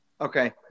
Okay